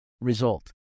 result